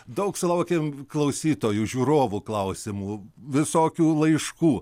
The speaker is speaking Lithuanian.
daug sulaukėm klausytojų žiūrovų klausimų visokių laiškų